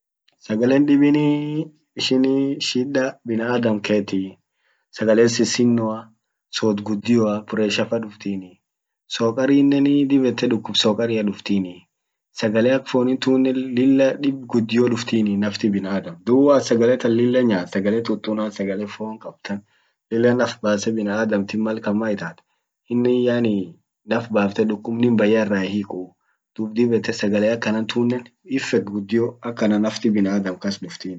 Sagalen dibinii ishinii shida binaadam keeti. sagale sissinoa sod gudioa pressure fa duftinii sokarinenii dib yette duqub sokaria duftini sagale ak fonin tunen lilla dib gudio duftini nafti binaadam dum woat sagale tan lilla nyaat sagale tutuna sagale fon qabd tan lilla nafbase binaadam tin malkan man itaat innin yani naf bafte duqub nin bayya ira hiiqu duub dib yette sagale akanan tunen effect gudio akana nafti binaadam kas duftinii.